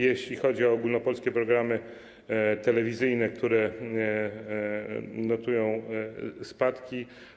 Jeśli chodzi o ogólnopolskie programy telewizyjne, które notują spadki.